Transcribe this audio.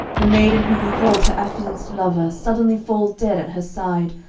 the maiden who beholds her affianced lover suddenly fall dead at her side,